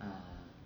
uh